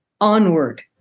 onward